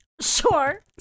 Sure